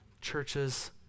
Churches